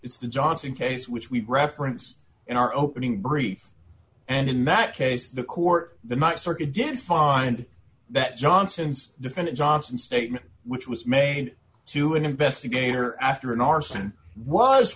it's the johnson case which we reference in our opening brief and in that case the court the my circuit did find that johnson's defendant johnson statement which was made to an investigator after an arson was